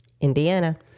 Indiana